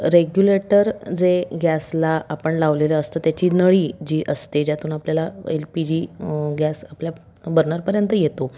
regulator जे गॅसला आपण लावलेलं असतं त्याची नळी जी असते ज्यातून आपल्याला एल पी जी गॅस आपल्या बर्नरपर्यंत येतो